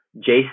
Jason